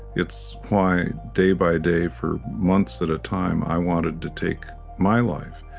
it's why, day by day, for months at a time, i wanted to take my life.